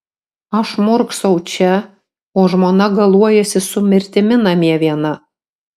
aš murksau čia o žmona galuojasi su mirtimi namie viena